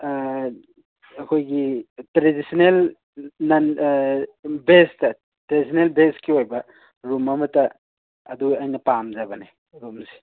ꯑꯩꯈꯣꯏꯒꯤ ꯇ꯭ꯔꯦꯗꯤꯁꯟꯅꯦꯜ ꯅꯟ ꯕꯦꯁꯇ ꯇ꯭ꯔꯦꯗꯤꯁꯟꯅꯦꯜ ꯕꯦꯁꯀꯤ ꯑꯣꯏꯕ ꯔꯨꯝ ꯑꯃꯇ ꯑꯗꯨ ꯑꯩꯅ ꯄꯥꯝꯖꯕꯅꯦ ꯔꯨꯝꯁꯤ